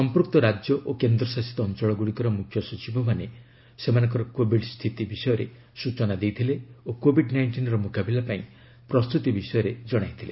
ସଂପୃକ୍ତ ରାଜ୍ୟ ଓ କେନ୍ଦ୍ରଶାସିତ ଅଞ୍ଚଳ ଗୁଡ଼ିକର ମୁଖ୍ୟ ସଚିବ ମାନେ ସେମାନଙ୍କର କୋଭିଡ ସ୍ଥିତି ବିଷୟରେ ସୂଚନା ଦେଇଥିଲେ ଓ କୋଭିଡ ନାଇଷ୍ଟିନ୍ର ମୁକାବିଲା ପାଇଁ ପ୍ରସ୍ତୁତି ବିଷୟରେ ଜଣାଇଥିଲେ